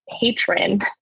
patron